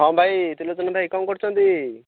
ହଁ ଭାଇ ତ୍ରିଲୋଚନ ଭାଇ କ'ଣ କରୁଛନ୍ତି